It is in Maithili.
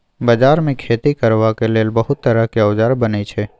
बजार मे खेती करबाक लेल बहुत तरहक औजार बनई छै